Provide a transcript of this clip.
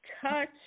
touch